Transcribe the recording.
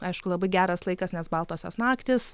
aišku labai geras laikas nes baltosios naktys